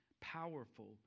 powerful